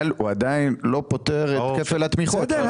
אבל הוא עדיין לא פותר את כפל התמיכות.